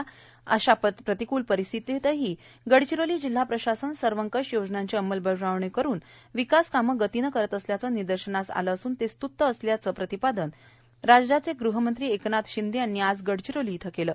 आता अशा प्रतिक्ल परिस्थितही जिल्हा प्रशासन सर्वकश योजनांची अंमलबजावणी करुन विकास कामं गतीन करीत असल्याचे निदर्शनास आले असून ते स्तृत्य असल्याचं प्रतिपादन राज्याचे गृह मंत्री एकनाथ शिंदे यांनी आज गडचिरोलीत केल